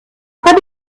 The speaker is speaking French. pas